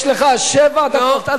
יש לך שבע דקות.